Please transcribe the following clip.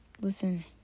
listen